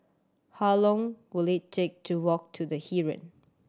how long will it take to walk to The Heeren